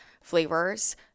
flavors